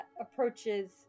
approaches